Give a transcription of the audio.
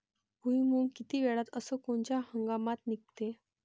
भुईमुंग किती वेळात अस कोनच्या हंगामात निगते?